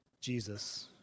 Jesus